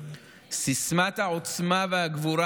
סיסמת העוצמה והגבורה